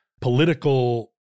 political